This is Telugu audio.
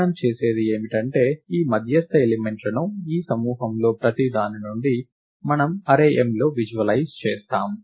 మనం చేసేది ఏమిటంటే ఈ మధ్యస్థ ఎలిమెంట్లను ఈ సమూహములలో ప్రతిదాని నుండి మనము అర్రే mలో విజువలైజ్ చేస్తాము